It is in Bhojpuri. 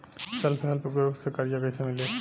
सेल्फ हेल्प ग्रुप से कर्जा कईसे मिली?